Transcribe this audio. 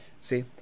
See